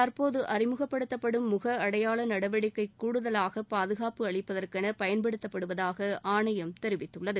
தற்போது அறிமுகப்படுத்தப்படும் முக அடையாள நடவடிக்கை கூடுதலாக பாதுகாப்பு அளிப்பதற்கென பயன்படுத்தப்படுவதாக ஆணையம் தெரிவித்துள்ளது